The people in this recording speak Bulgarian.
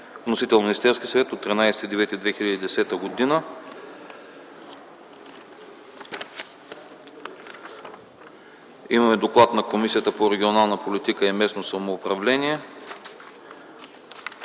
Вносител е Министерският съвет от 13.10.2009 г. Имаме доклад на водещата Комисия по регионална политика и местно самоуправление.